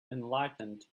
enlightened